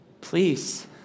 Please